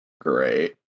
Great